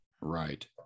Right